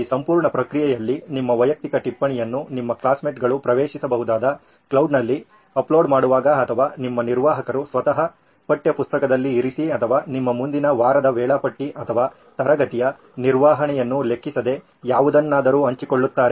ಈ ಸಂಪೂರ್ಣ ಪ್ರಕ್ರಿಯೆಯಲ್ಲಿ ನಿಮ್ಮ ವೈಯಕ್ತಿಕ ಟಿಪ್ಪಣಿಗಳನ್ನು ನಿಮ್ಮ ಕ್ಲಾಸ್ಮೇಟ್ಗಳು ಪ್ರವೇಶಿಸಬಹುದಾದ ಕ್ಲೌಡ್ ನಲ್ಲಿ ಅಪ್ಲೋಡ್ ಮಾಡುವಾಗ ಅಥವಾ ನಿಮ್ಮ ನಿರ್ವಾಹಕರು ಸ್ವತಃ ಪಠ್ಯ ಪುಸ್ತಕದಲ್ಲಿ ಇರಿಸಿ ಅಥವಾ ನಿಮ್ಮ ಮುಂದಿನ ವಾರದ ವೇಳಾಪಟ್ಟಿ ಅಥವಾ ತರಗತಿಯ ನಿರ್ವಹಣೆಯನ್ನು ಲೆಕ್ಕಿಸದೆ ಯಾವುದನ್ನಾದರೂ ಹಂಚಿಕೊಳ್ಳುತ್ತಾರೆ